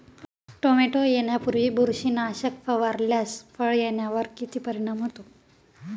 Tomato येण्यापूर्वी बुरशीनाशक फवारल्यास फळ येण्यावर किती परिणाम होतो?